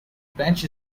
bench